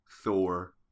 Thor